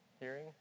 hearing